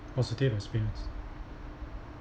positive experience